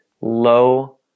low